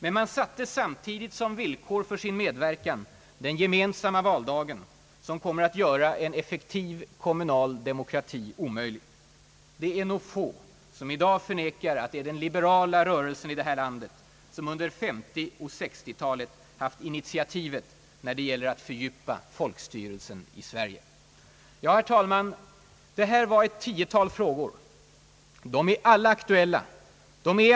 Men man satte samtidigt som villkor för sin medverkan den gemensamma valdagen, som kommer att göra en effektiv kommunal demokrati omöjlig. Det är nog få som i dag förnekar att det är den liberala rörelsen som under 1950 och 1960-talen haft initiativet när det gäller att fördjupa folkstyrelsen här i landet. Herr talman! Det här var ett tiotal frågor. De är alla aktuella.